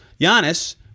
Giannis